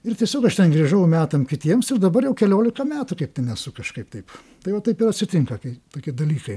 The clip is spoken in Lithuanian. ir tiesiog aš ten grįžau metam kitiems ir dabar jau keliolika metų kaip ten esu kažkaip taip tai o taip ir atsitinka kai tokie dalykai